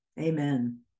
Amen